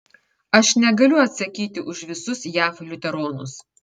aš negaliu atsakyti už visus jav liuteronus